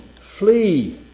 flee